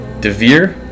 Devere